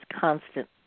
constant